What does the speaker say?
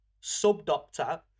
Sub-Doctor